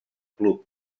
club